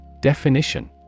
Definition